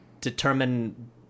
determine